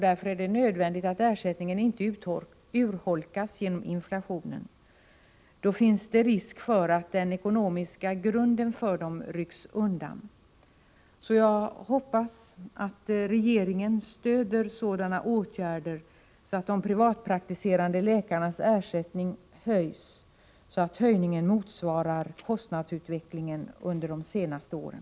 Därför är det nödvändigt att ersättningen höjs. Om den urholkas genom inflationen finns det risk för att den ekonomiska grunden för dessa läkare rycks undan. Jag hoppas att regeringen stöder sådana åtgärder att de privatpraktiserande läkarnas ersättning höjs, så att man får motsvarighet till kostnadsutvecklingen under de senaste åren.